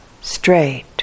straight